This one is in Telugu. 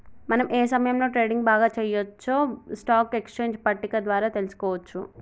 మనం ఏ సమయంలో ట్రేడింగ్ బాగా చెయ్యొచ్చో స్టాక్ ఎక్స్చేంజ్ పట్టిక ద్వారా తెలుసుకోవచ్చు